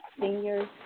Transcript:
seniors